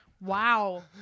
wow